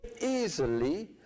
easily